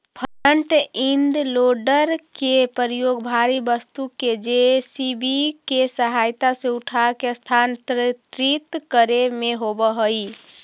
front end loader के प्रयोग भारी वस्तु के जे.सी.बी के सहायता से उठाके स्थानांतरित करे में होवऽ हई